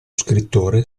scrittore